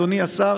אדוני השר,